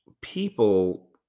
people